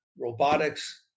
robotics